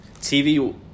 TV